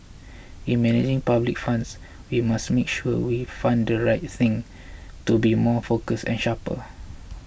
in managing public funds we must make sure we fund the right things to be more focused and sharper